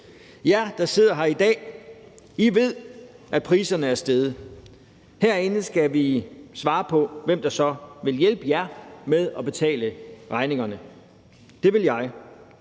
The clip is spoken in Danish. Jer, der er her i dag, ved, at priserne er steget. Herinde skal vi svare på, hvem der så vil hjælpe jer med at betale regningerne. Det vil jeg